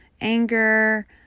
anger